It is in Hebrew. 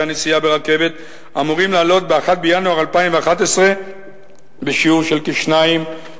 הנסיעה ברכבת אמורים לעלות ב-1 בינואר 2011 בשיעור של כ-2.5%.